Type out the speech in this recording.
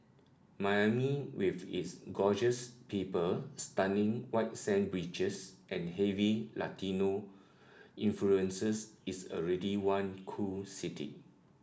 Miami with its gorgeous people stunning white sand beaches and heavy Latino influences is already one cool city